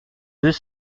deux